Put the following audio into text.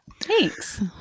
Thanks